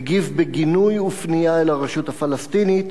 הגיב בגינוי ופנייה אל הרשות הפלסטינית,